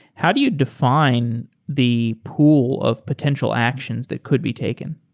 how do you define the pool of potential actions that could be taken?